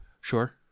Sure